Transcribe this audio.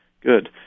good